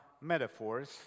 metaphors